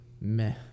Meh